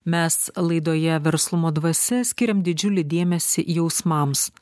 mes laidoje verslumo dvasia skiriam didžiulį dėmesį jausmams